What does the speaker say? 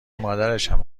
مادرشم